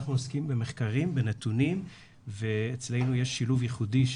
אנחנו עוסקים במחקרים בנתונים ואצלנו יש שילוב ייחודי,